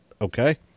Okay